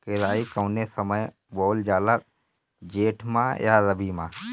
केराई कौने समय बोअल जाला जेठ मैं आ रबी में?